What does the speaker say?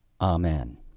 Amen